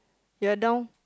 they are down